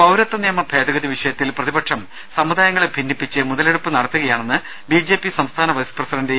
പൌരത്വനിയമഭേദഗതി വിഷയത്തിൽ പ്രതിപക്ഷം സമുദായങ്ങളെ ഭിന്നിപ്പിച്ച് മുതലെടുപ്പ് നടത്തുക യാണെന്ന് ബി ജെ പി സംസ്ഥാന വൈസ് പ്രസിഡന്റ് എ